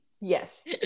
yes